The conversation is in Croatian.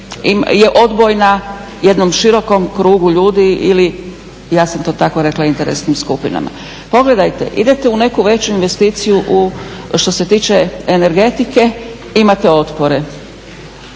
je odbojna jednom širokom krugu ljudi ili ja sam to tako rekla, interesnim skupinama. Pogledajte, idete u neku veću investiciju u, što se tiče energetike, imate otpore.